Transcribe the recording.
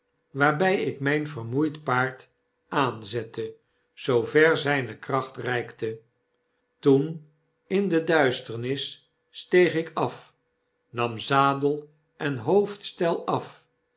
waarbij ik myn vermoeid paard aanzette zoover zyne kracht reikte toen in de duisternis steeg ik af nam zadel en hoofdstel af